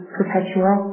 perpetual